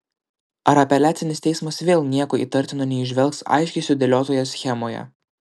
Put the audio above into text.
ar apeliacinis teismas vėl nieko įtartino neįžvelgs aiškiai sudėliotoje schemoje